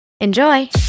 Enjoy